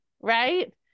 right